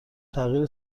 تغییر